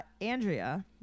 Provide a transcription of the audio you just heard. Andrea